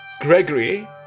Gregory